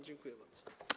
Dziękuję bardzo.